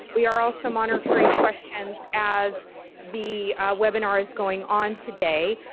we are also monitoring questions as the webinar is going on today.